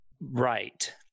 Right